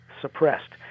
suppressed